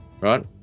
right